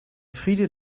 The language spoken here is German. friede